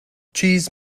cheese